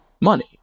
money